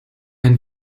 ein